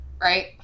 right